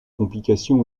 complications